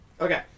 Okay